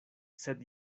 sed